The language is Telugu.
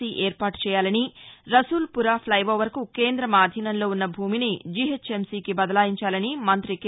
సి ఏర్పాటు చేయాలని రసూల్పుర ప్లెఓవర్కు కేంద్రం ఆధీనంలో ఉన్న భూమిని జీహెచ్ఎంసీకి బదలాయించాలని మంతి కె